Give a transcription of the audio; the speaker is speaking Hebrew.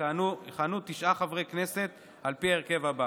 יכהנו תשעה חברי כנסת על פי ההרכב הבא: